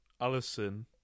Allison